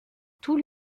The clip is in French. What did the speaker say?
tout